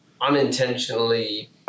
unintentionally